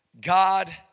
God